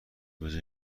بجای